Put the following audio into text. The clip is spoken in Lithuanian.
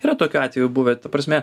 yra tokių atvejų buvę ta prasme